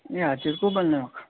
ए हजुर को बोल्नु भएको